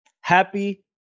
Happy